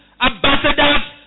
ambassadors